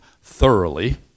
thoroughly